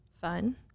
fun